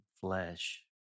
flesh